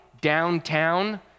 downtown